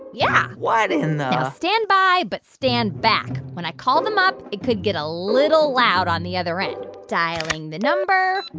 yeah what in the. now ah stand by but stand back. when i call them up, it could get a little loud on the other end. dialing the number